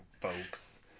folks